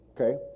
Okay